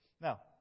Now